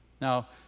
Now